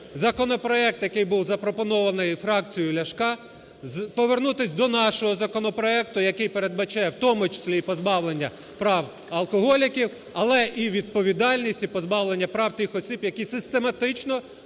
законопроект, який був запропонований фракцією Ляшка, повернутись до нашого законопроекту, який передбачає, в тому числі і позбавлення прав алкоголіків, але і відповідальність, і позбавлення прав тих осіб, які систематично